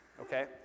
okay